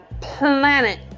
planet